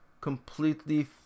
completely